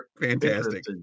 fantastic